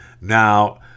Now